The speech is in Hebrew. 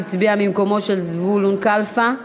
הצביע בשגגה במקומו של זבולון כלפה.